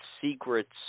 secrets